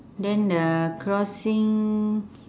then the crossing